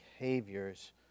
behaviors